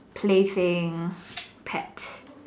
play thing pets